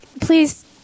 please